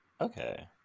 Okay